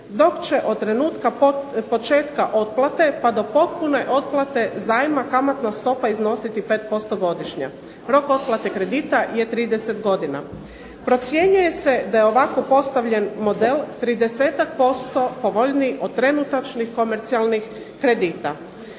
dok će od trenutka početka otplate, pa do potpune otplate zajma kamatna stopa iznositi 5% godišnje. Rok otplate kredita je 30 godina. Procjenjuje se da je ovako postavljen model 30-ak posto povoljniji od trenutačnih komercijalnih kredita.